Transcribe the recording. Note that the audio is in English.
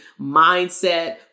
mindset